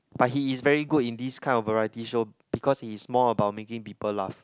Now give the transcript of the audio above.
but he is very good in these kind of variety show because he is more about making people laugh